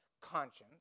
conscience